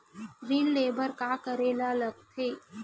ऋण ले बर का करे ला लगथे?